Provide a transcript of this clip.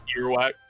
earwax